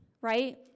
right